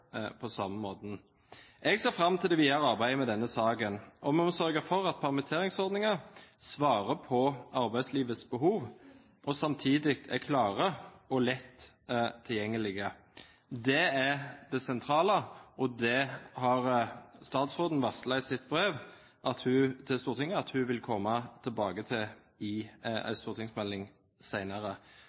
på samme måten. Jeg ser fram til det videre arbeidet med denne saken. Vi må sørge for at permitteringsordninger svarer på arbeidslivets behov og samtidig er klare og lett tilgjengelige. Det er det sentrale, og det har statsråden varslet i sitt brev til Stortinget at hun vil komme tilbake til i en stortingsmelding